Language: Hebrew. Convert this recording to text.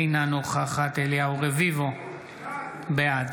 אינה נוכחת אליהו רביבו, בעד